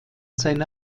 seine